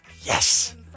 Yes